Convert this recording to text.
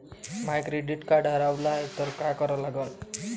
माय credit card हारवलं तर काय करा लागन?